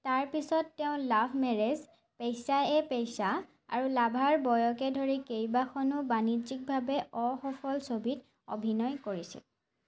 তাৰপিছত তেওঁ love marriage Paisa Ye Paisa আৰু লাভাৰ বয়কে ধৰি কেইবাখনো বাণিজ্যিকভাৱে অসফল ছবিত অভিনয় কৰিছিল